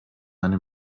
eine